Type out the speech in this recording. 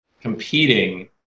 competing